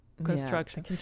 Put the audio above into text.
construction